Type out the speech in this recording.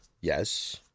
yes